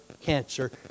cancer